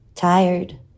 tired